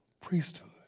priesthood